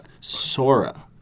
Sora